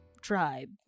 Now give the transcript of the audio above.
tribe